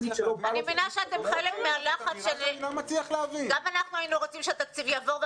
גם אנחנו היינו רוצים שהתקציב יעבור.